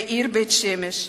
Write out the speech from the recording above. בעיר בית-שמש,